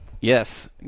Yes